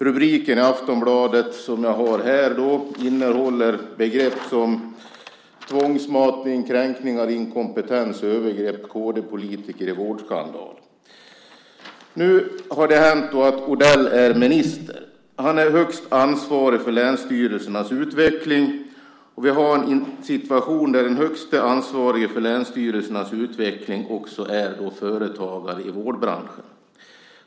Rubriken i Aftonbladet, som jag har här, innehåller begrepp som tvångsmatning, kränkningar, inkompetens, övergrepp, kd-politiker i vårdskandal. Nu är Odell minister. Han är högst ansvarig för länsstyrelsernas utveckling. Vi har en situation där den högste ansvarige för länsstyrelsernas utveckling också är företagare i vårdbranschen.